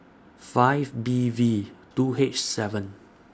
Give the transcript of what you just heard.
five B V two H seven